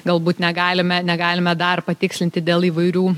galbūt negalime negalime dar patikslinti dėl įvairių